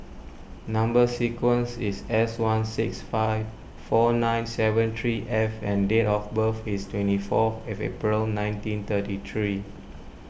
Number Sequence is S one six five four nine seven three F and date of birth is twenty fourth of April nineteen thirty three